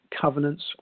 covenants